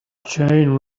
chain